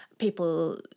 People